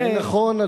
זה נכון,